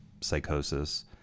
psychosis